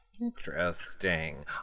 Interesting